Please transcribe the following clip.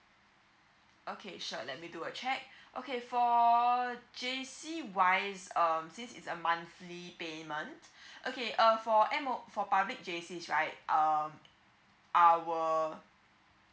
okay sure let me do a check okay for J_C wise um since it's a monthly payment okay uh for M_O~ for public J_C right um our